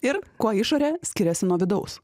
ir kuo išorė skiriasi nuo vidaus